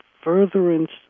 furtherance